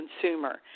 consumer